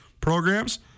programs